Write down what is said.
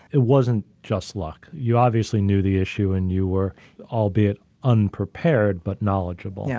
it wasn't just luck. you obviously knew the issue and you were albeit unprepared, but knowledgeable. yeah,